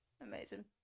amazing